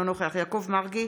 אינו נוכח יעקב מרגי,